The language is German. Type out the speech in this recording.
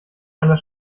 einer